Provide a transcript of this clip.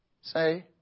Say